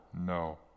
No